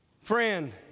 Friend